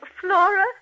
Flora